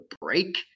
break